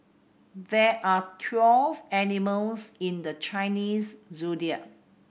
there are twelve animals in the Chinese Zodiac